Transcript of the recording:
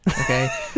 Okay